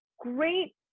great